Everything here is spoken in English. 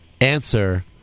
answer